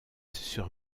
sur